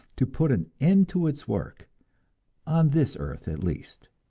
to put an end to its work on this earth at least.